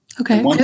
Okay